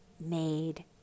made